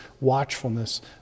watchfulness